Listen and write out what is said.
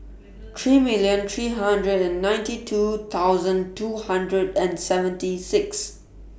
three million three hundred and ninety two thousand two hundred and seventy six